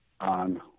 on